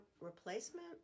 replacement